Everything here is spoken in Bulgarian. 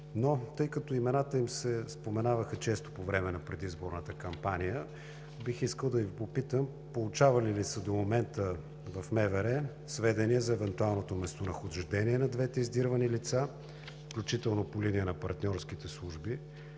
Тъй като имената им се споменаваха често по време на предизборната кампания, бих искал да Ви попитам: получавали ли са до момента в МВР сведения за евентуалното местонахождение на двете издирвани лица, включително по линия на партньорските служби?